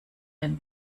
den